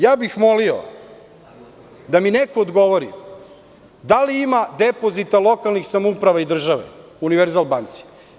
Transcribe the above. Ja bih molio da mi neko odgovori - da li ima depozita lokalnih samouprava i države „Univerzal banci“